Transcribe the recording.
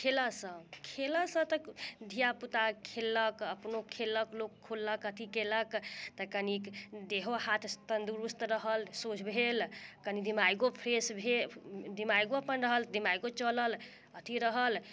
खेलऽसँ खेलऽसँ तऽ धिया पूता खेललक अपनो खेललक लोक खोललक अथी केलक तऽ कनीक देहो हाथ तन्दुरूस्त रहल सोझ भेल कनी दिमागो फ्रेश भेल दिमागो अपन रहल दिमागो चलल अथी रहल